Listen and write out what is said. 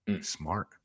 Smart